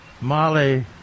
Molly